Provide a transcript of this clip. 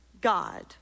God